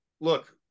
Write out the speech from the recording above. look